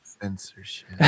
Censorship